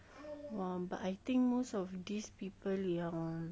!wah! but I think most of these people yang